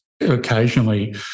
Occasionally